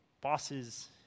bosses